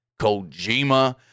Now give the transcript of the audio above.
Kojima